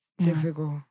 Difficult